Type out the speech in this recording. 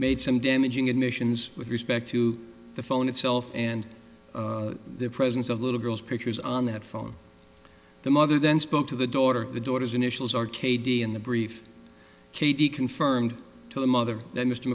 made some damaging admissions with respect to the phone itself and the presence of little girls pictures on that phone the mother then spoke to the daughter the daughter's initials r k d in the brief katy confirmed to the mother that mr